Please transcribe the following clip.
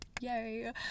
Yay